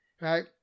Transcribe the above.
Right